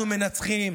אנחנו מנצחים,